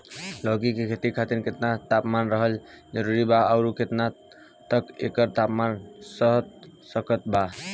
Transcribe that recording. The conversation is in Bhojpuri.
लौकी के खेती खातिर केतना तापमान रहल जरूरी बा आउर केतना तक एकर तापमान सह सकत बा?